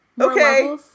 Okay